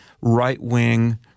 right-wing